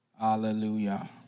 Hallelujah